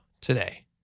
today